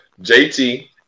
JT